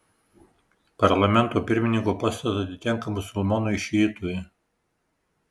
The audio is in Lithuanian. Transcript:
parlamento pirmininko postas atitenka musulmonui šiitui